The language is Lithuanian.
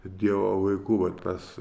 dievo vaikų va tas